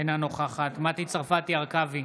אינה נוכחת מטי צרפתי הרכבי,